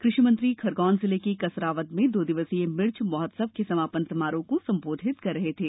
कृषि मंत्री ने खरगौन जिले के कसरावद में दो दिवसीय मिर्च महोत्सव के समापन समारोह को संबोधित कर रहे थे